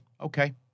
Okay